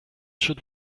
should